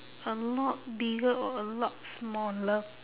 a lot bigger or a lot smaller